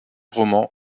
roman